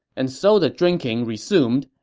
and so the drinking resumed,